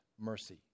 mercy